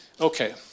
Okay